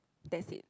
that's it